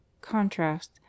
Contrast